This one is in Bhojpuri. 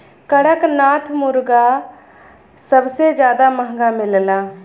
कड़कनाथ मुरगा सबसे जादा महंगा मिलला